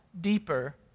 deeper